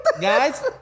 Guys